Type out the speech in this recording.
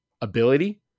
ability